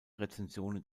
rezensionen